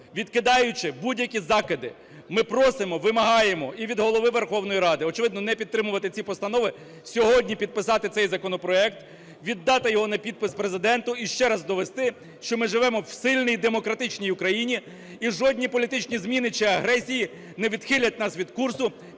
відкидаючи будь-які закиди, ми просимо, вимагаємо і від Голови Верховної Ради, очевидно, не підтримувати ці постанови, сьогодні підписати цей законопроект, віддати його на підпис Президенту. І ще раз довести, що ми живемо в сильній, демократичній Україні і жодні політичні зміни чи агресії не відхилять нас від курсу